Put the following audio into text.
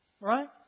Right